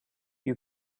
you